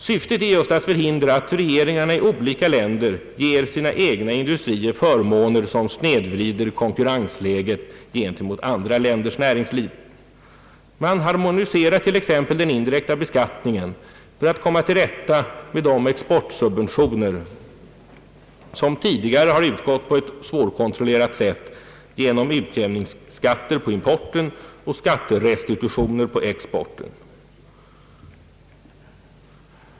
Syftet är bl.a. att förhindra att regeringarna i olika länder ger sina egna industrier förmåner som snedvrider konkurrensläget gentemot andra länders näringsliv. Man harmonierar t.ex. den indirekta beskattningen för att komma till rätta med de exportsubventioner som tidigare utgått på ett svårkontrollerat sätt — genom utjämningsskatter på importen och skatterestitutioner på exporten.